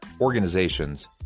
organizations